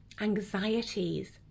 anxieties